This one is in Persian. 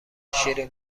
شیرین